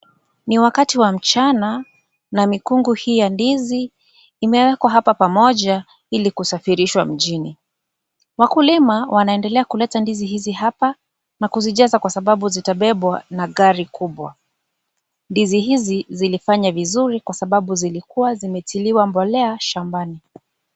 Ni wakati wa mchana na mikungu hii ya ndizi imewekwa hapa pamoja ili kusafirishwa mjini. Wakulima wanaendelea kuleta ndizi hizi hapa na kuzijaza kwa sababu zitabebwa na gari kubwa. Ndizi hizi zilifanya vizuri kwa sababu zilikuwa zimetiliwa mbolea shambani.